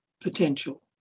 potential